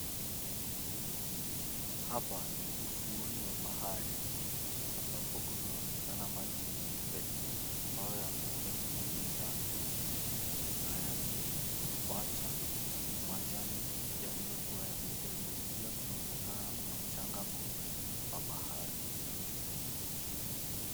Hapa ni ufuoni wa bahari ambapo kunaonekana maji meupe ambayo yameweza kurudi ndani na yamewacha majani yaliyokuwa yamepebwa. Pia kunaonekana kuna mchanga mweupe wa bahari.